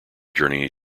journey